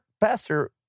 pastor